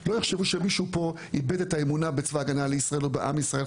שלא יחשבו שמישהו פה איבד את האמונה בצבא הגנה לישראל או בעם ישראל.